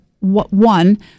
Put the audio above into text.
One